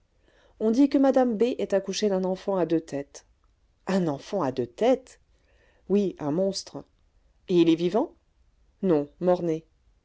on dit que madame b est accouchée d'un enfant à deux têtes un enfant à deux têtes oui un monstre et il est vivant non